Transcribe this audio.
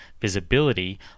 visibility